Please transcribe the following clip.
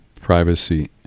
privacy